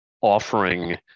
offering